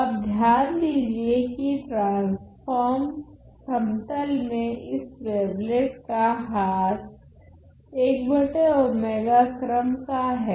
अब ध्यान दीजिए की ट्रान्स्फ़ोर्म समतल में इस वेवलेट का ह्रास क्रम का हैं